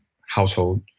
household